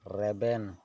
ᱨᱮᱵᱮᱱ